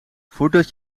voordat